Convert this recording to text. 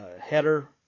header